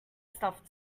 stuff